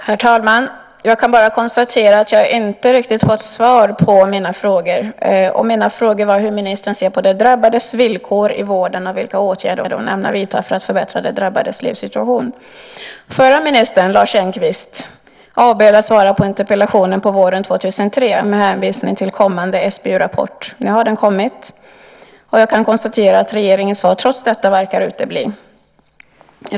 Herr talman! Jag kan bara konstatera att jag inte riktigt har fått svar på mina frågor. Mina frågor var: Hur ser ministern på de drabbades villkor i vården, och vilka åtgärder ämnar hon vidta för att förbättra de drabbades livssituation? Förra ministern, Lars Engqvist, avböjde att svara på interpellationen på våren 2003 med hänvisning till kommande SBU-rapport. Nu har den kommit, och jag kan konstatera att regeringens svar, trots detta, verkar utebli.